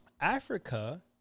Africa